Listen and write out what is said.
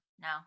no